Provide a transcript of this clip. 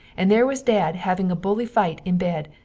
and there was dad having a buly fite in bed,